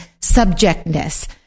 subjectness